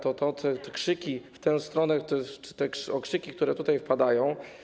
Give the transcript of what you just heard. Te krzyki w tę stronę czy te okrzyki, które tutaj padają.